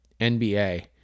NBA